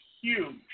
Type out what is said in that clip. huge